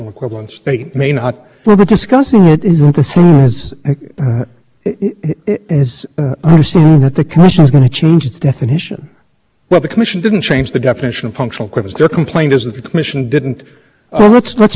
said in addition by the way everybody let's look at the governing statute right which is three thirty two and three thirty two defines or a private mobile service to exclude anything that's a commercial mobile